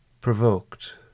provoked